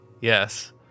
yes